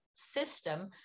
system